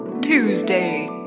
Tuesday